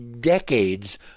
decades